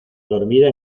dormida